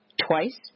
Twice